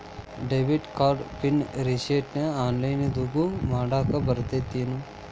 debit card PIN ರಿಸೆಟ್ನ ಆನ್ಲೈನ್ದಗೂ ಮಾಡಾಕ ಬರತ್ತೇನ್